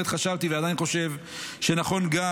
אני בהחלט חשבתי ועדיין חושב שנכון גם